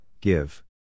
give